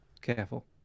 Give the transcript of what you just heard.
careful